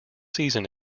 season